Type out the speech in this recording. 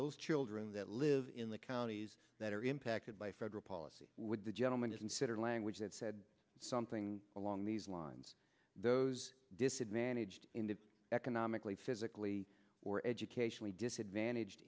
those children that live in the counties that are impacted by federal policy would the gentleman to consider language that said something along these lines those disadvantaged in the economically physically or educationally disadvantaged